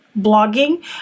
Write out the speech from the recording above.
blogging